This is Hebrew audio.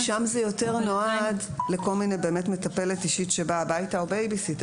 שם זה יותר נועד לכל מיני באמת מטפלת אישית שבאה הביתה או בייביסיטר.